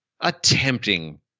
attempting